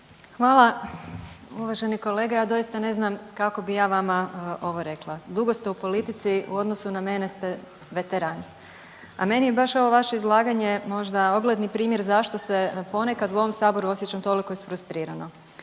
Hvala. Uvaženi kolega, ja doista ne znam kako bi ja vama ovo rekla. Dugo ste u politici u odnosu na mene ste veteran, a meni je baš ovo vaše izlaganje možda ogledni primjer zašto se ponekad u ovom saboru osjećam toliko isfrustrirano.